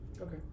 Okay